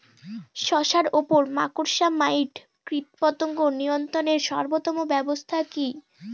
শশার উপর মাকড়সা মাইট কীটপতঙ্গ নিয়ন্ত্রণের সর্বোত্তম ব্যবস্থা কি?